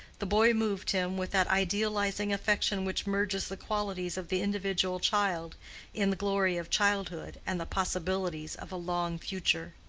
the boy moved him with that idealizing affection which merges the qualities of the individual child in the glory of childhood and the possibilities of a long future.